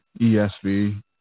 ESV